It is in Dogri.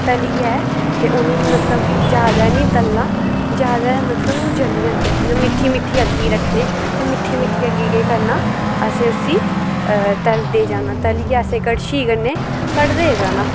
तलियै ते उनें मतलव कि जादै नी तलना जादै मतलव ओह् जली जंदे ते मिट्ठी मिटठी अग्गी रक्खने मिट्ठी मिटठी अग्गी केह् करना असें उसी तलदे जाना तलियै असैं कड़शी कन्नै कडदे जाना